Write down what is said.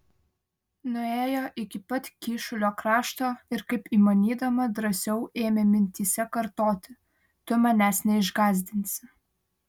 nuėjo iki pat kyšulio krašto ir kaip įmanydama drąsiau ėmė mintyse kartoti tu manęs neišgąsdinsi